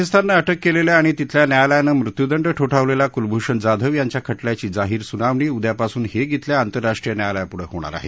पाकिस्ताननं अटक केलेल्या आणि तिथल्या न्यायालयानं मृत्यूदंड ठोठावलेल्या कुलभूषण जाधव यांच्या खटल्याची जाहीर सुनावणी उदयापासून हेग शिल्या आतंरराष्ट्रीय न्यायालयापुढं होणार आहे